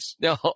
no